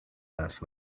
last